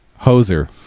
Hoser